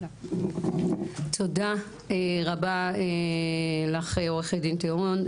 תודה רבה לך עו"ד טהון,